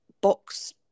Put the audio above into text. box